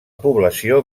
població